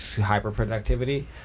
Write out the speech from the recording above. hyper-productivity